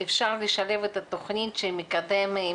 שם ותפקיד בבקשה.